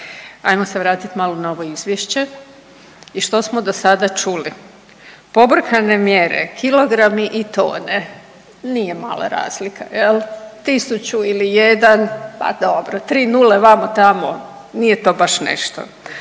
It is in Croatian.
ajmo se vratiti malo na ovo izvješće i što smo dosada čuli. Pobrkane mjere kilogrami i tone nije mala razlika jel tisuću ili jedan pa dobro 3 nule vamo tamo nije to baš nešto.